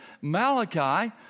Malachi